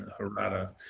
Harada